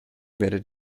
werdet